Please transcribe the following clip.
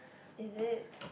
is it